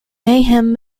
mayhem